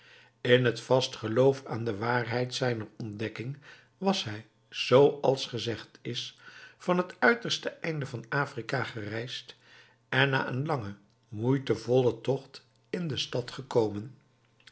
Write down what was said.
in het vast geloof aan de waarheid zijner ontdekking was hij zooals gezegd is van het uiterste einde van afrika gereisd en na een langen moeitevollen tocht in de stad gekomen